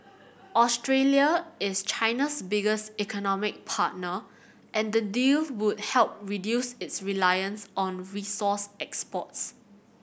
Australia is China's biggest economic partner and the deal would help reduce its reliance on resource exports